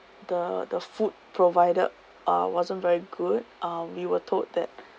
the the food provided uh wasn't very good uh we were told that